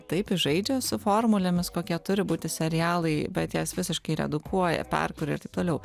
taip jis žaidžia su formulėmis kokie turi būti serialai bet jas visiškai redukuoja perkuria ir taip toliau